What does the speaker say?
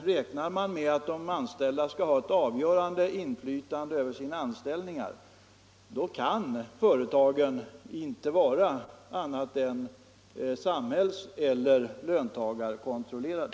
Räknar man med att de anställda skall ha ett avgörande inflytande över sina anställningar, då kan företagen inte vara annat än samhällseller löntagarkontrollerade.